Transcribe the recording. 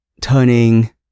turning